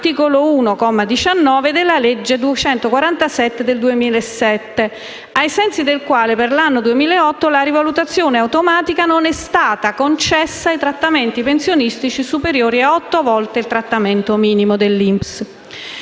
comma 19, della legge n. 247 del 2007, ai sensi del quale, per l'anno 2008, la rivalutazione automatica non è stata concessa ai trattamenti pensionistici superiori a otto volte il trattamento minimo INPS;